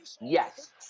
Yes